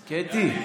קטי,